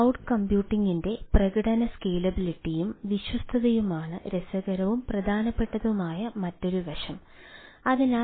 cloud കമ്പ്യൂട്ടിംഗിന്റെ പ്രകടന സ്കേലബിളിറ്റിയും വിശ്വാസ്യതയുമാണ് രസകരവും പ്രധാനപ്പെട്ടതുമായ മറ്റൊരു വശമാണ്